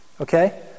Okay